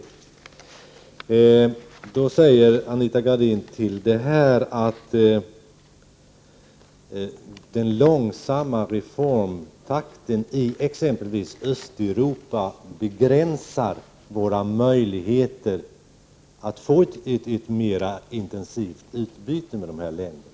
Till detta säger Anita Gradin att den långsamma reformtakten i exempelvis Östeuropa begränsar våra möjligheter att få ett mer intensivt utbyte med dessa länder.